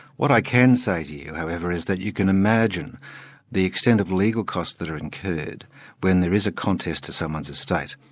what i can say to you, however, is that you can imagine the extent of the legal costs that are incurred when there is a contest to someone's estate.